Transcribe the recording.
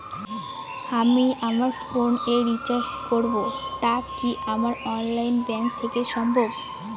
আমি আমার ফোন এ রিচার্জ করব টা কি আমার অনলাইন ব্যাংক থেকেই সম্ভব?